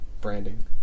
Branding